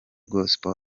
gospel